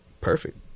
perfect